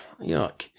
yuck